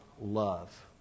love